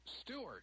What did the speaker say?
Stewart